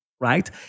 right